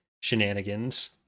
shenanigans